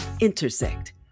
intersect